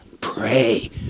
pray